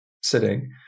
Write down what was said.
sitting